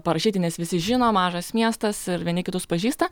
parašyti nes visi žino mažas miestas vieni kitus pažįsta